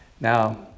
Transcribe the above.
Now